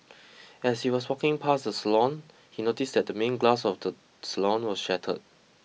as he was walking past the salon he noticed that the main glass of the salon was shattered